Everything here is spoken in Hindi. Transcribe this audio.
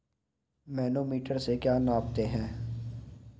मैनोमीटर से क्या नापते हैं?